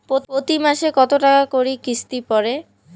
প্রতি মাসে কতো টাকা করি কিস্তি পরে?